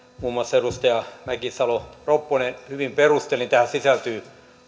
muun muassa edustaja mäkisalo ropponen hyvin perustelivat tähän sisältyy